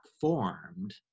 formed